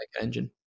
engine